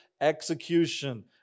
execution